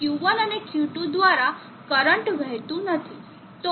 Q1 અને Q2 દ્વારા current વહેતું નથી